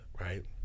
Right